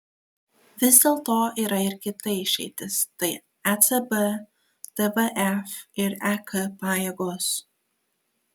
vis dėlto yra ir kita išeitis tai ecb tvf ir ek pajėgos